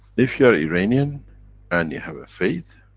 if you're iranian and you have a fate,